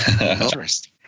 interesting